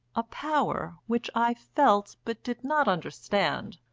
a power, which i felt but did not understand,